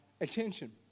attention